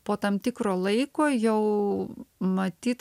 po tam tikro laiko jau matyt